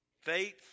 Faith